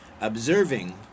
Observing